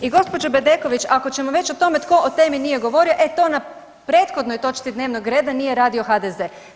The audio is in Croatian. I gospođo Bedeković, ako ćemo već o tome tko o temi nije govorio, e to na prethodnoj točci dnevnog reda nije radio HDZ.